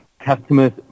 Customers